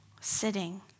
sitting